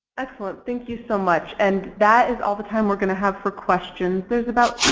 excellent. thank you so much. and that is all the time we're going to have for questions. there's about